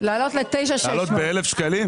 להעלות ב-1,000 שקלים?